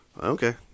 Okay